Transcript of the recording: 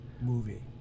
movie